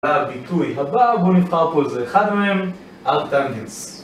בביטוי הבא בואו נבחר פה איזה אחד מהם על טנגנס